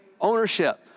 ownership